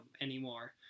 anymore